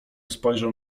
spojrzał